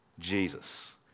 Jesus